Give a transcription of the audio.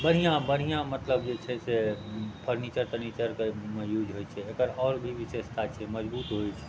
बढ़िआँ बढ़िआँ मतलब जे छै से फर्नीचर तर्निचरके एहिमे यूज होइत छै एकर आओर भी विशेषता छै मजबूत होत छै